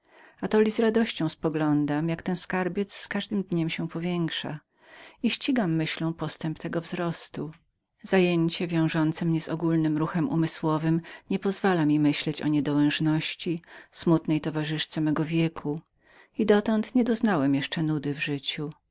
z radością spoglądam jak ten skarbiec z każdym dniem się powiększa i ścigam myślą postęp tego wzrostu zajęcie wiążące mnie z ogólnym ruchem umysłowym nie pozwala mi myśleć o niedołężności smutnej towarzyszce mego wieku i dotąd nie doznałem jeszcze nudy w życiu